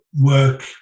work